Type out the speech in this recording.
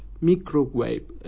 microwave